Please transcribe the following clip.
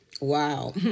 Wow